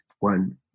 one